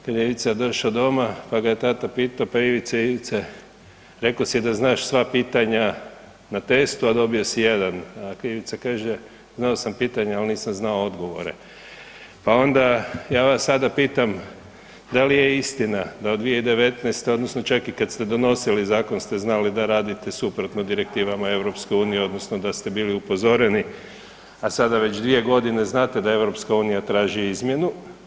Kad je Ivica došao doma pa ga je tata pitao: „Pa Ivice, reko si da znaš sva pitanja na testu a dobio si 1?“ a Ivica kaže: „Znao sam pitanja, ali nisam znao odgovore.“ Pa onda ja vas sada pitam, da li je istina da od 2019. odnosno čak i kad ste donosili zakon ste znali da radite suprotno direktivama EU-a odnosno da ste bili upozoreni a sada već 2 g. znate da EU traži izmjenu?